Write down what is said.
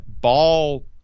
ball